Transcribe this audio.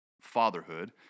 fatherhood